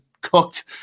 cooked